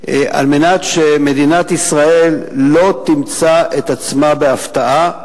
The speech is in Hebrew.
על מנת שמדינת ישראל לא תמצא את עצמה בהפתעה,